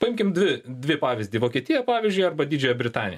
paimkim dvi dvi pavyzdį vokietiją pavyzdžiui arba didžiąją britaniją